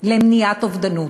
למניעת אובדנות.